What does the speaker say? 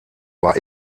war